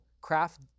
craft